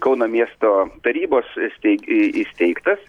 kauno miesto tarybos steig į į įsteigtas